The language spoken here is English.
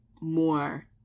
more